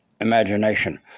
imagination